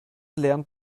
lernt